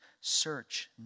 search